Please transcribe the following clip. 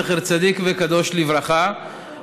זכר צדיק וקדוש לברכה,